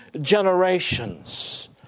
generations